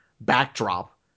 backdrop